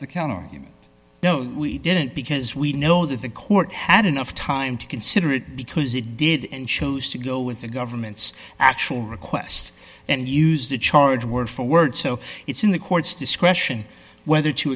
the counterargument no we didn't because we know that the court had enough time to consider it because it did and chose to go with the government's actual request and use the charge word for word so it's in the court's discretion whether to